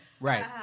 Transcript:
right